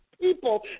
people